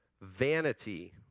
Vanity